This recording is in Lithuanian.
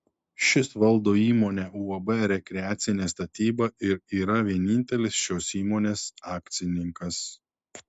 šis valdo įmonę uab rekreacinė statyba ir yra vienintelis šios įmonės akcininkas